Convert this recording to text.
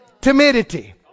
timidity